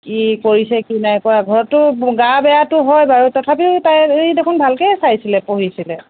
কি কৰিছে কি নাই কৰা ঘৰততো গা বেয়াটো হয় বাৰু তথাপিও তাৰ ই দেখোন ভালকৈয়ে চাইছিলে পঢ়িছিলে